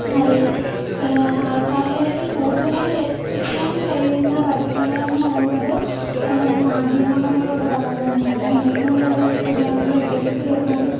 അതിൽ അൾക്കാരിലേക്ക് കൂടുതലായി എത്തിക്കാൻ കഴിയുന്ന പരസ്യങ്ങളെന്നു പറയുന്നത് നമ്മുടെ മാധ്യമങ്ങളിലൂടെ ഉള്ളത് തന്നെയാണ് ഏറ്റവും കൂടുതൽ ഇപ്പോൾ ജനങ്ങൾ ഉപയോഗിച്ച് വരുന്ന ഒരു